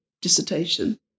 dissertation